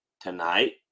tonight